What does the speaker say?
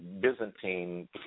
Byzantine